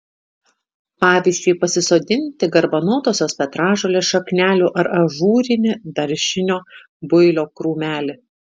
pavyzdžiui pasisodinti garbanotosios petražolės šaknelių ir ažūrinį daržinio builio krūmelį